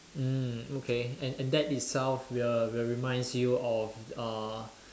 mm okay and and that itself will will reminds you of uh